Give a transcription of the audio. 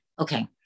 Okay